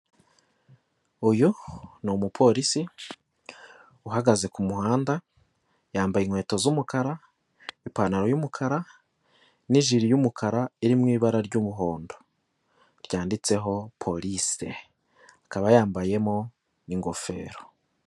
Uyu ni umupolisi uhagaze ku muhanda yambaye inkweto z'umukara, ipantaro y'umukara, n'ijiri y'umukara iri mu ibara ry'umuhondo, ryanditseho porice akaba yambayemo n'ingofero.